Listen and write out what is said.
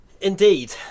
Indeed